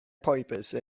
purpose